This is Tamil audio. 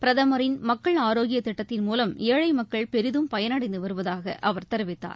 பிரதமரின் மக்கள் ஆரோக்கியத் திட்டத்தின் ஏழைமக்கள் மூலம் பெரிதம் பயனடைந்துவருவதாகஅவர் தெரிவித்தார்